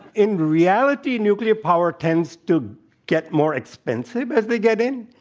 in reality, nuclear power tends to get more expensive as they get in.